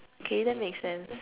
okay that make sense